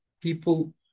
people